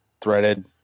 threaded